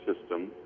system